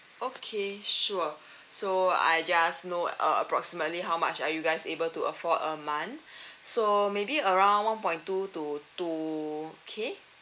okay sure so I just know uh approximately how much are you guys able to afford a month so maybe around one point two to two K